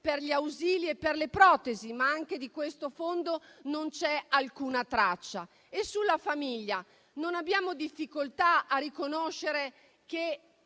per gli ausili e per le protesi, ma anche di questo fondo non vi è alcuna traccia. Per quanto riguarda la famiglia non abbiamo difficoltà a riconoscere che